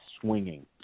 swinging